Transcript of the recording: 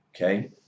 Okay